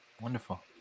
Wonderful